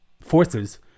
forces